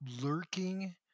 lurking